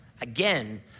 Again